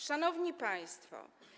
Szanowni Państwo!